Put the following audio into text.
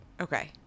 Okay